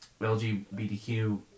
LGBTQ